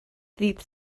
ddydd